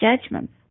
judgments